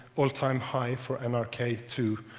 all-time high for n r k two.